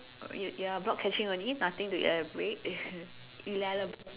ya ya block catching only nothing to elaborate ela~